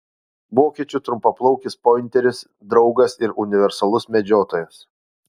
vokiečių trumpaplaukis pointeris draugas ir universalus medžiotojas